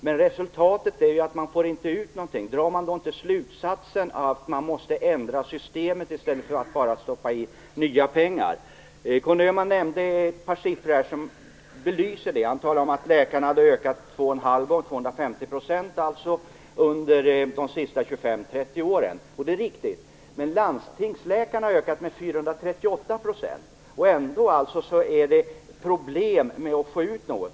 Men resultatet är att man inte får ut någonting. Drar man då inte slutsatsen att man måste ändra systemet i stället för att bara stoppa in nya pengar? Conny Öhman nämnde ett par siffror som belyser detta. Han talade om att antalet läkare hade ökat med 250 % under de senaste 25-30 åren, och det är riktigt. Men antalet landstingsläkare har ökat med 438 %, och ändå är det problem med att få ut något.